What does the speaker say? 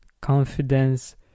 confidence